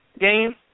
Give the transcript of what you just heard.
game